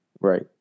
Right